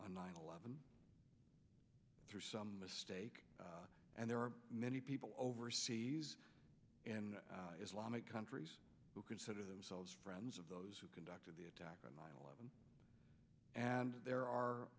on nine eleven through some mistake and there are many people overseas in islamic countries who consider themselves friends of those who conducted the attack on nine eleven and there are